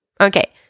Okay